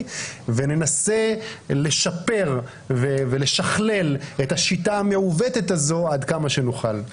וננסה לשפר ולשכלל את השיטה המעוותת הזו עד כמה שנוכל.